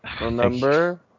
Remember